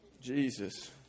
Jesus